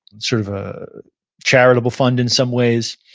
sort of a charitable fund in some ways.